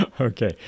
Okay